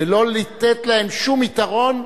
ולא לתת להם שום יתרון,